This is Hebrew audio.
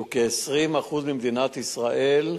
שהוא כ-20% ממדינת ישראל,